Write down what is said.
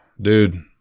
dude